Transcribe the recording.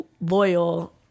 loyal